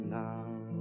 down